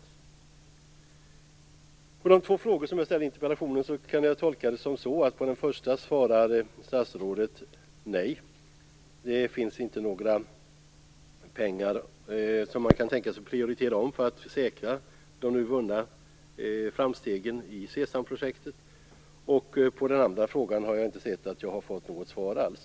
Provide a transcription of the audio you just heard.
När det gäller de två frågor jag ställde i interpellationen tolkar jag det som att statsrådet på den första svarar: Nej, det finns inte några pengar att prioritera om för att säkra de nu vunna framstegen i SESAM projektet. På den andra frågan har jag inte sett att jag fått något svar alls.